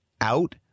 out